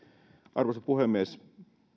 arvoisa puhemies